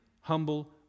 humble